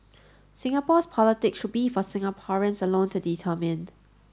Singapore's politics should be for Singaporeans alone to determine